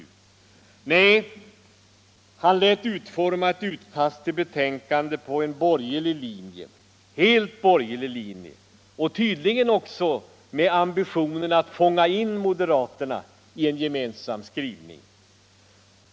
Nej, han lät utforma ett utkast till betänkande på helt borgerlig linje och tydligen också med ambitionen att fånga in moderaterna i en gemensam skrivning.